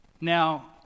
Now